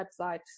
website